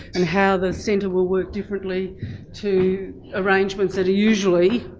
and how the centre will work differently to arrangements that are usually